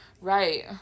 right